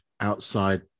outside